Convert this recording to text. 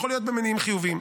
יכול להיות במניעים חיוביים.